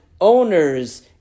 owners